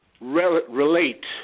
relate